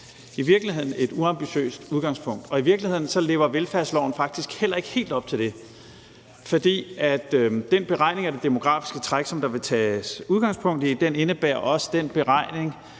i virkeligheden et uambitiøst udgangspunkt. I virkeligheden lever velfærdsloven faktisk heller ikke helt op til det, for den beregning af det demografiske træk, som der tages udgangspunkt i, indebærer også den beregning